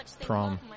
prom